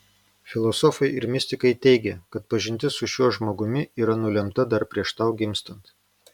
filosofai ir mistikai teigia kad pažintis su šiuo žmogumi yra nulemta dar prieš tau gimstant